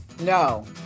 No